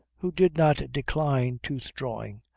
who did not decline tooth-drawing,